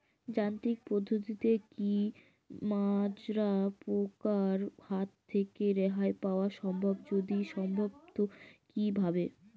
যান্ত্রিক পদ্ধতিতে কী মাজরা পোকার হাত থেকে রেহাই পাওয়া সম্ভব যদি সম্ভব তো কী ভাবে?